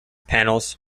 panels